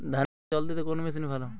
ধানে জল দিতে কোন মেশিন ভালো?